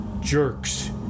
jerks